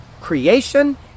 creation